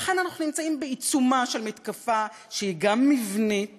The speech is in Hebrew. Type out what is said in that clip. לכן אנחנו נמצאים בעיצומה של מתקפה שהיא גם מבנית